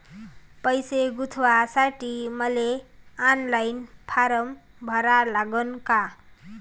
पैसे गुंतवासाठी मले ऑनलाईन फारम भरा लागन का?